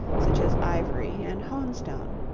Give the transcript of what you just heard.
such as ivory and hone-stone.